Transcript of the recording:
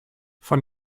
von